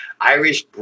Irish